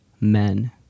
men